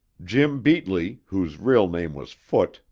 jim beatley, whose real name was foote,